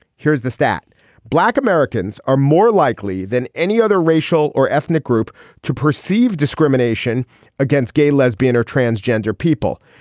here's the stat black americans are more likely than any other racial or ethnic group to perceive discrimination against gay lesbian or transgender people.